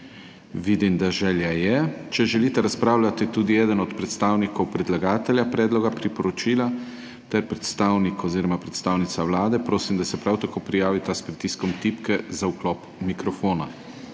Vidim, da želja je, če želite razpravljati tudi eden od predstavnikov predlagatelja predloga priporočila ter predstavnik oziroma predstavnica Vlade prosim, da se prav tako prijavita s pritiskom tipke za vklop mikrofona.